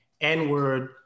N-word